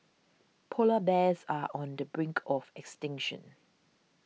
Polar Bears are on the brink of extinction